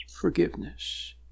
forgiveness